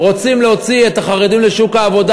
רוצים להוציא את החרדים לשוק העבודה,